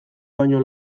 baino